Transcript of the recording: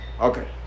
Okay